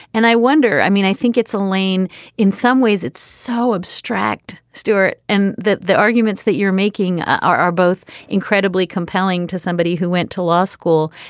and i wonder i mean i think it's a lean in some ways it's so abstract stuart and the arguments that you're making are are both incredibly compelling to somebody who went to law school.